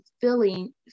filling